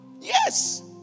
Yes